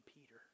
Peter